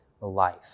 life